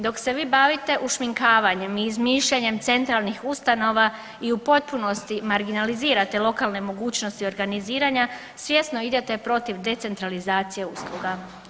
Dok se vi bavite ušminkavanjem i izmišljanjem centralnih ustanova i u potpunosti marginalizirate lokalne mogućnosti organiziranja svjesno idete protiv decentralizacije usluga.